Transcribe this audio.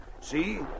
See